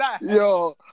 yo